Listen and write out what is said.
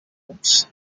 books